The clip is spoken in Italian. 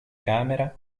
camera